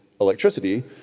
electricity